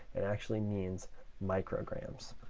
it actually means micrograms.